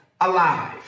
alive